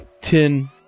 ten